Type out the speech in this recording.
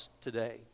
today